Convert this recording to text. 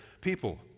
people